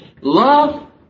Love